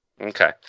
Okay